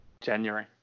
January